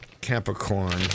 Capricorn